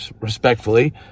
respectfully